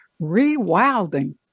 Rewilding